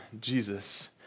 Jesus